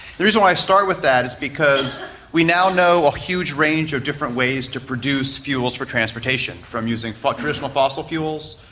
the reason why i start with that is because we now know a huge range of different ways to produce fuels for transportation, from using traditional fossil fuels,